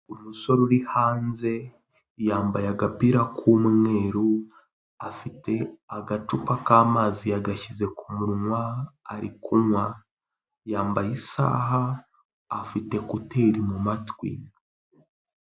Umusore uri hanze yambaye agapira k'umweru afite agacupa k'amazi yagashyize ku munwa ari kunywa . Yambaye isaha afite ekuteri mu matwi.